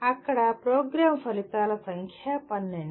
అక్కడ ప్రోగ్రామ్ ఫలితాల సంఖ్య 12